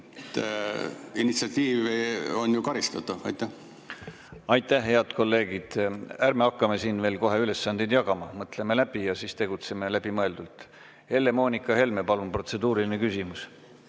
Initsiatiiv on ju karistatav. Aitäh! Head kolleegid, ärme hakkame siin kohe ülesandeid jagama. Mõtleme läbi ja siis tegutseme läbimõeldult. Helle-Moonika Helme, palun, protseduuriline küsimus!